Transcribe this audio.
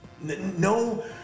no